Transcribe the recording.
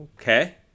okay